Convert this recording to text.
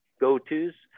go-to's